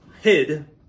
hid